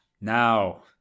Now